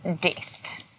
death